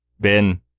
Ben